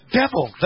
devil